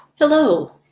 hello!